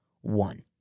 one